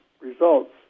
results